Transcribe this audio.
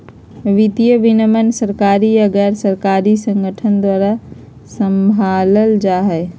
वित्तीय विनियमन सरकारी या गैर सरकारी संगठन द्वारा सम्भालल जा हय